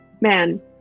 man